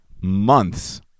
months